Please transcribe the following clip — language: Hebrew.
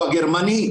או הגרמני,